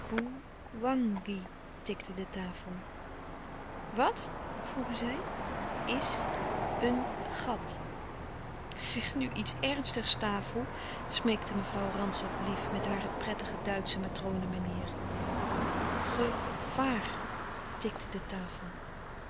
wangi tikte de tafel wat vroegen zij is een gat zeg nu iets ernstigs tafel smeekte mevrouw rantzow lief met hare prettige duitsche matrone manier ge vaar tikte de tafel